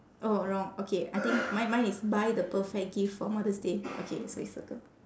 oh wrong okay I think mine mine is buy the perfect gift for mother's day okay so we circle